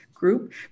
group